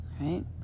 right